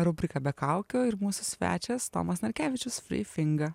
rubrika be kaukių ir mūsų svečias tomas narkevičius frifinga